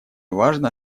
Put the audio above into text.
важно